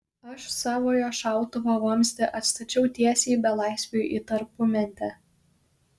aš savojo šautuvo vamzdį atstačiau tiesiai belaisviui į tarpumentę